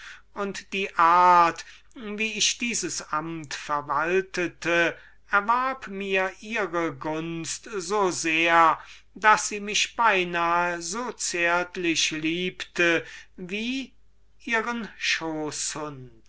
und die art wie ich dieses amt verwaltete erwarb mir ihre gunst so sehr daß sie mich beinahe so viel liebte als ihren